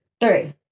three